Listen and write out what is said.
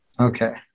Okay